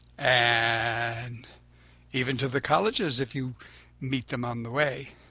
and even to the colleges if you meet them on the way.